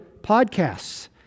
podcasts